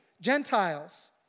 Gentiles